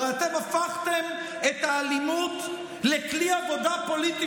הרי אתם הפכתם את האלימות לכלי עבודה פוליטי